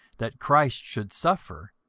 that christ should suffer,